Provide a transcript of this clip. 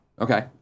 Okay